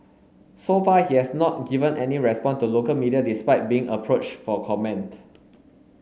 so far he has not given any response to local media despite being approached for comment